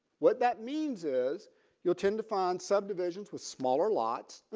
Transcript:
what that means is you'll tend to find subdivisions with smaller lots.